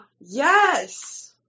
Yes